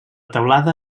teulada